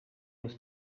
was